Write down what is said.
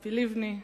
ציפי לבני,